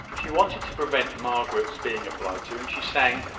she wanted to prevent margaret's being applied to, and she sang,